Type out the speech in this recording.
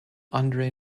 andre